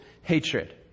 hatred